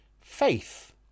Faith